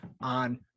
on